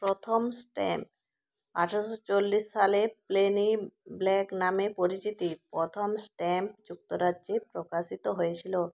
প্রথম স্ট্যাম্প আঠেরোশো চল্লিশ সালে পেনি ব্ল্যাক নামে পরিচিতি প্রথম স্ট্যাম্প যুক্তরাজ্যে প্রকাশিত হয়েছিলো